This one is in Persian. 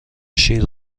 شیر